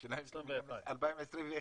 שאלה, יש לכם יעדים, למשל ל-2020?